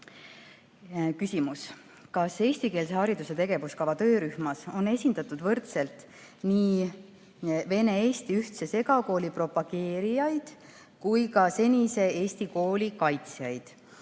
"Kas eestikeelse hariduse tegevuskava töörühmas on esindatud võrdselt nii vene-eesti ühtse segakooli propageerijaid kui ka senise eesti kooli kaitsjaid?